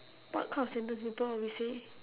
what kind of sentence people always say